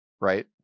right